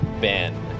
Ben